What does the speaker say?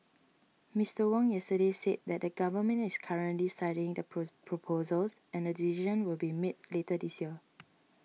Mister Wong yesterday said that the Government is currently studying the proposals and a decision will be made later this year